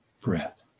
breath